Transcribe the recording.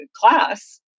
class